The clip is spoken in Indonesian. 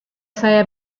saya